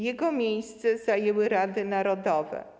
Jego miejsce zajęły rady narodowe.